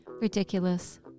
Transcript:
Ridiculous